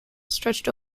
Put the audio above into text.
stretched